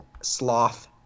Sloth